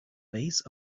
base